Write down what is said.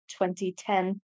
2010